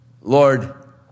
Lord